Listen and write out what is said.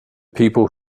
people